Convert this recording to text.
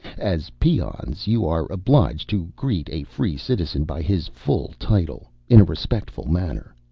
as peons, you are obliged to greet a free citizen by his full title, in a respectful manner.